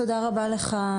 תודה רבה לך,